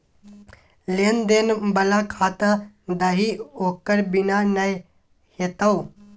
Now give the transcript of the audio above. लेन देन बला खाता दही ओकर बिना नै हेतौ